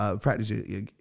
practice